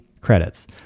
credits